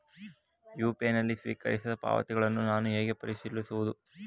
UPI ನಲ್ಲಿ ಸ್ವೀಕರಿಸಿದ ಪಾವತಿಗಳನ್ನು ನಾನು ಹೇಗೆ ಪರಿಶೀಲಿಸುವುದು?